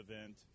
event